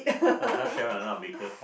I'm not sure whether